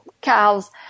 cows